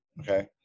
Okay